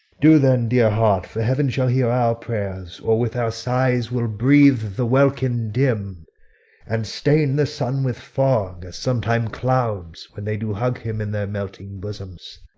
do, then, dear heart for heaven shall hear our prayers, or with our sighs we'll breathe the welkin dim and stain the sun with fog, as sometime clouds when they do hug him in their melting bosoms.